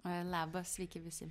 oi labas sveiki visi